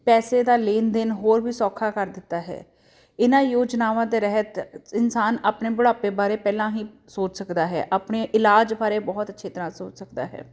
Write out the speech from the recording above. ਪੈਸੇ ਦਾ ਲੈਣ ਦੇਣ ਹੋਰ ਵੀ ਸੌਖਾ ਕਰ ਦਿੱਤਾ ਹੈ ਇਹਨਾਂ ਯੋਜਨਾਵਾਂ ਦੇ ਰਹਿਤ ਇਨਸਾਨ ਆਪਣੇ ਬੁਢਾਪੇ ਬਾਰੇ ਪਹਿਲਾਂ ਹੀ ਸੋਚ ਸਕਦਾ ਹੈ ਆਪਣੇ ਇਲਾਜ ਬਾਰੇ ਬਹੁਤ ਅੱਛੇ ਤਰ੍ਹਾਂ ਸੋਚ ਸਕਦਾ ਹੈ